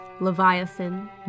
leviathan